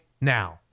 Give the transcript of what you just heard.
now